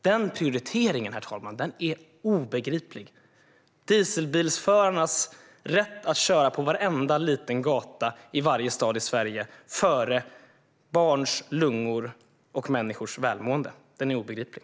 Den prioriteringen är obegriplig, herr talman, att dieselbilsförarnas rätt att köra på varenda liten gata i varje stad i Sverige går före barns lungor och människors välmående. Den är obegriplig.